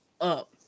up